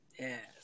Yes